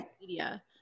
media